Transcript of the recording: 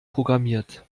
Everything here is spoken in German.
programmiert